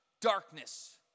darkness